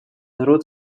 народ